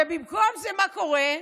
ובמקום זה מה קורה?